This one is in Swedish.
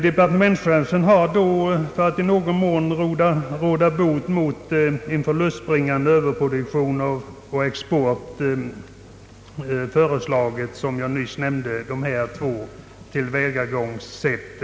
Departementschefen har för att i någon mån råda bot mot den förlustbringande överproduktionen, som jag nyss nämnde, föreslagit två tillvägagångssätt.